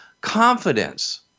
Confidence